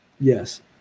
yes